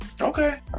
Okay